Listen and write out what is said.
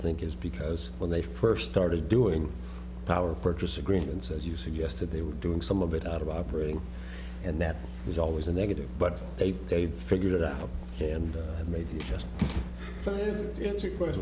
think is because when they first started doing power purchase agreements as you suggested they were doing some of it out of operating and that was always a negative but they they've figured it out and maybe just